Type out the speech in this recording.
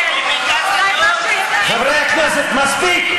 פנקס אדום, חברי הכנסת, מספיק.